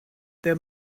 there